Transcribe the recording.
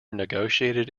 negotiated